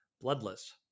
bloodless